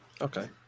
Okay